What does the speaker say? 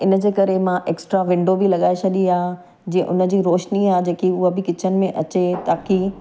ऐं हिन जे करे मां एक्स्ट्रा विंडो बि लॻाए छॾी आहे जे उन जी रोशनी आहे जेकी उहा बि किचन में अचे ताकी